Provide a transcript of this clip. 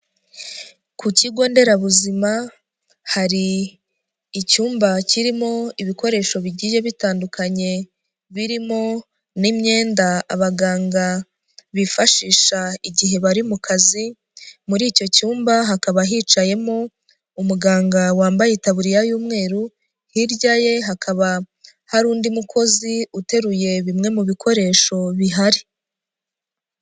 Ku kigo nderabuzima hari icyumba kirimo ibikoresho bigiye bitandukanye birimo n'imyenda abaganga bifashisha igihe bari mu kazi muri icyo cyumba hakaba hicayemo umuganga wambaye itaburiya y'umweru, hirya ye hakaba hari undi mukozi uteruye bimwe mu bikoresho bihari.